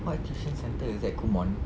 what tuition centre is that Kumon